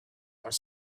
are